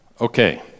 Okay